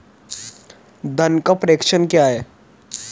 धन का प्रेषण क्या है?